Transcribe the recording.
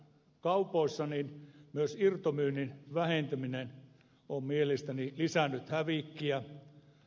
kaupoissa myös irtomyynnin vähentyminen on mielestäni lisännyt hävikkiä